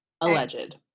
Alleged